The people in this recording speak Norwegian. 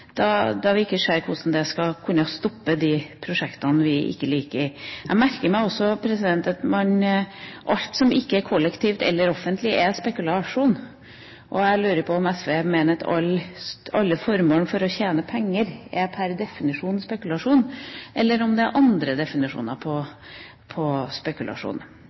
da vi ikke ser hvordan det skal kunne stoppe de prosjektene vi ikke liker. Jeg merker meg også at alt som ikke er kollektivt eller offentlig, er spekulasjon. Jeg lurer på om SV mener at alle formål for å tjene penger per definisjon er spekulasjon, eller om det er andre definisjoner på spekulasjon.